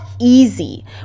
easy